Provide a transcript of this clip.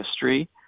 history